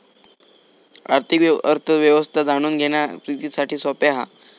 आर्थिक अर्थ व्यवस्था जाणून घेणा प्रितीसाठी सोप्या हा